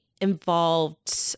involved